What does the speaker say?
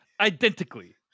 identically